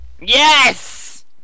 Yes